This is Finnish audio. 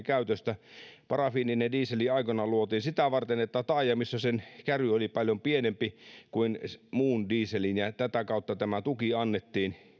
käytöstä parafiininen diesel aikoinaan luotiin sitä varten että taajamissa sen käry oli paljon pienempi kuin muun dieselin ja ja sitä kautta tämä tuki annettiin